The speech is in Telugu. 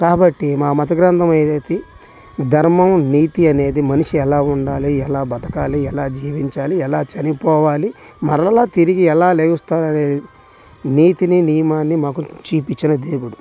కాబట్టి మా మత గ్రంథం ఏదైతే ధర్మం నీతి అనేది మనిషి ఎలా ఉండాలి ఎలా బ్రతకాలి ఎలా జీవించాలి ఎలా చనిపోవాలి మరలా తిరిగి ఎలా లేస్తాడనేది నీతిని నియమాన్ని మాకు చూపించిన దేవుడు